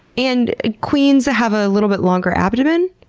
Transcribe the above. and queens have a little bit longer abdomen?